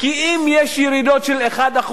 כי אם יש ירידות של 1%,